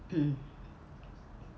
mm